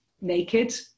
naked